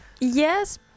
Yes